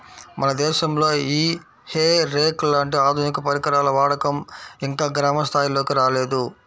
మన దేశంలో ఈ హే రేక్ లాంటి ఆధునిక పరికరాల వాడకం ఇంకా గ్రామ స్థాయిల్లోకి రాలేదు